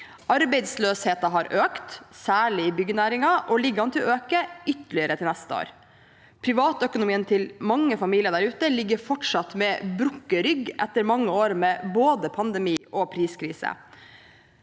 Arbeidsløsheten har økt, særlig i byggenæringen, og ligger an til å øke ytterligere neste år. Privatøkonomien til mange familier der ute ligger fortsatt med brukket rygg etter mange år med både pandemi og priskrise.